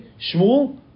Shmuel